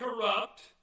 corrupt